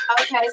Okay